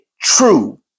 true